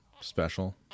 Special